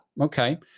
okay